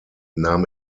nahm